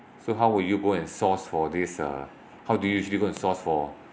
so how would you go and source for this uh how do you usually go and source for